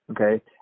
okay